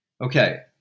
Okay